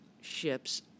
ships